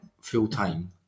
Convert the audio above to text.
full-time